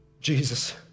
Jesus